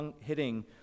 hitting